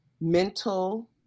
mental